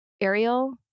Ariel